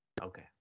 Okay